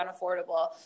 unaffordable